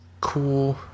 cool